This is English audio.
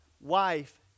wife